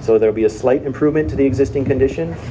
so there'll be a slight improvement to the existing condition